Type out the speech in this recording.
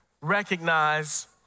recognize